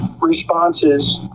responses